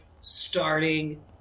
starting